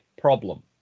problem